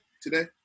today